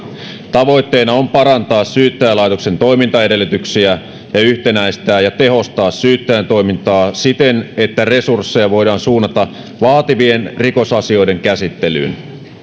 tavoitteena on parantaa syyttäjälaitoksen toimintaedellytyksiä ja yhtenäistää ja tehostaa syyttäjän toimintaa siten että resursseja voidaan suunnata vaativien rikosasioiden käsittelyyn